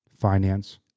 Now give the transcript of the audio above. finance